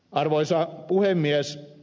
arvoisa puhemies